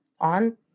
on